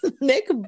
Nick